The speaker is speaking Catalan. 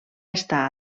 estar